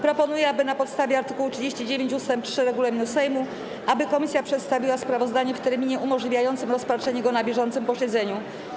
Proponuję, na podstawie art. 39 ust. 3 regulaminu Sejmu, aby komisja przedstawiła sprawozdanie w terminie umożliwiającym rozpatrzenie go na bieżącym posiedzeniu.